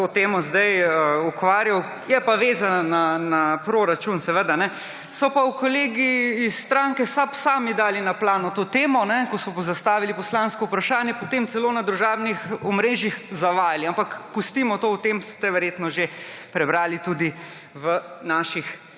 zdaj ukvarjal, je pa vezana na proračun seveda. So pa kolegi iz stranke SAB sami dali na plano to temo, ko so zastavili poslansko vprašanje, potem celo na družabnih omrežjih zavajali, ampak pustimo to, o tem ste verjetno že prebrali v naših